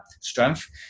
strength